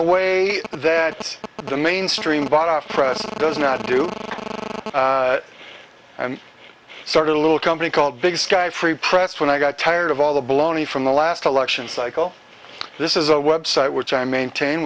a way that the mainstream bought off press does not do and started a little company called big sky free press when i got tired of all the baloney from the last election cycle this is a website which i maintain